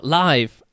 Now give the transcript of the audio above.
live